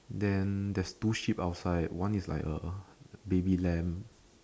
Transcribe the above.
then there's two sheep outside one is like a a baby lamb